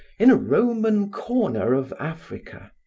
in a roman corner of africa.